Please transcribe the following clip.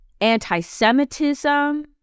anti-Semitism